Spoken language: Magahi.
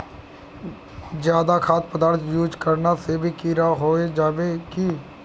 ज्यादा खाद पदार्थ यूज करना से भी कीड़ा होबे जाए है की?